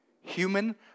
Human